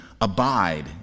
Abide